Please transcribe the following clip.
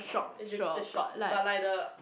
oh the the shops but like the